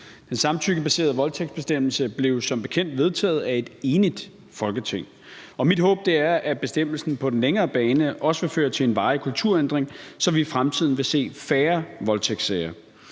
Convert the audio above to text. Den samtykkebaserede voldtægtsbestemmelse blev som bekendt vedtaget af et enigt Folketing, og mit håb er, at bestemmelsen på den længere bane også vil føre til en varig kulturændring, så vi i fremtiden vil se færre voldtægtssager.